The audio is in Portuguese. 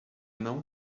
não